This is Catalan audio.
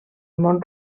món